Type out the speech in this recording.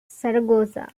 zaragoza